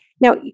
Now